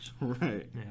Right